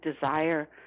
desire